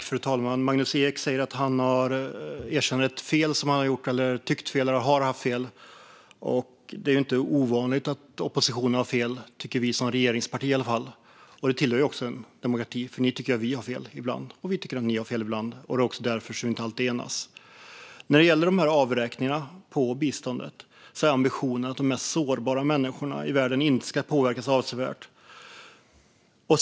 Fru talman! Magnus Ek säger att han erkänner att han haft fel. Det är inte ovanligt att oppositionen har fel, tycker i alla fall vi som regeringsparti. Det tillhör också en demokrati. Ni tycker att vi har fel ibland, och vi tycker att ni har fel ibland. Det är också därför vi inte alltid enas. När det gäller avräkningarna i biståndet är ambitionen att de mest sårbara människorna inte ska påverkas avsevärt.